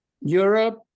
Europe